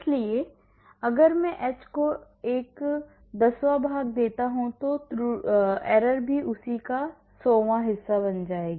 इसलिए अगर मैं h को एक दसवां भाग देता हूं तो त्रुटि भी उसी का एक सौवां हिस्सा बन जाएगी